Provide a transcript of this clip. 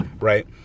right